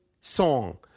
song